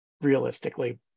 realistically